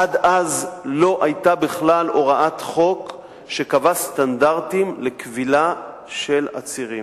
עד אז לא היתה בכלל הוראת חוק שקבעה סטנדרטים לכבילה של עצירים.